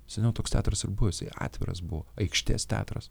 seniau toks teatras ir buvo jisai atviras buvo aikštės teatras